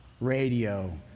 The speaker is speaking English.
radio